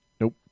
Nope